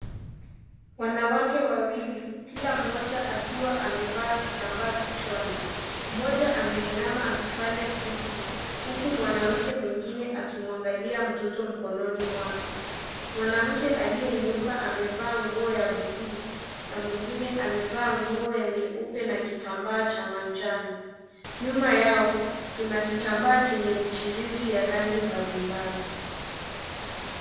Wanawake wawili, kila mmoja akiwa amevaa kitambaa kichwani. Mmoja ameinama akifanya kitu huku mwanamke mwingine akimwangalia mtoto mkononi mwake. Mwanamke aliyeinuka amevaa nguo ya bluu na mwingine amevaa nguo ya nyeupe na kitambaa cha manjano. Nyuma yao Kuna kitambaa chenye michirizi ya rangi mbalimbali.